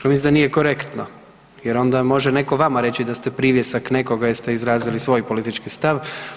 Ja mislim da nije korektno jer onda može netko vama reći da ste privjesak nekoga jer ste izrazili svoj politički stav.